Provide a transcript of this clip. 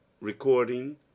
recording